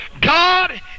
god